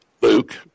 Luke